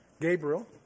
Gabriel